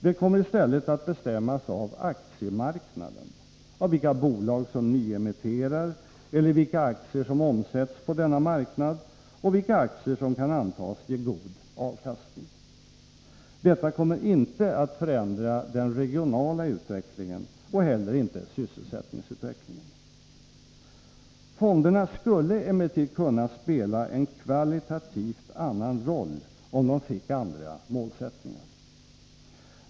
Det kommer i stället att bestämmas av aktiemarknaden, av vilka bolag som nyemitterar eller vilka aktier som omsätts på denna marknad och vilka aktier som kan antas ge god avkastning. Detta kommer inte att förändra den regionala utvecklingen och heller inte sysselsättningsutvecklingen. Fonderna skulle emellertid kunna spela en kvalitativt annan roll, om de fick andra målsättningar.